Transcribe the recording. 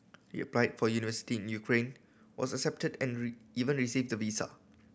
he applied for university in Ukraine was accepted and even received the visa